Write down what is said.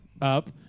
up